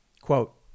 Quote